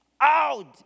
Out